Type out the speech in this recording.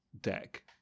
deck